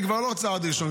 זה כבר לא צעד ראשון,